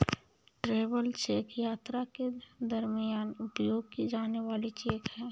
travel cheque यात्रा के दरमियान उपयोग की जाने वाली चेक है